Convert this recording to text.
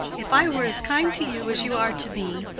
if i were as kind to you as you are to me,